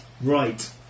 Right